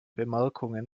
bemerkungen